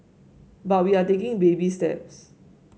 but we are taking baby steps